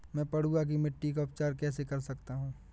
मैं पडुआ की मिट्टी का उपचार कैसे कर सकता हूँ?